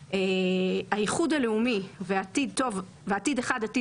"האיחוד הלאומי" ו"עתיד אחד עתיד